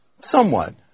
Somewhat